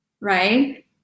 right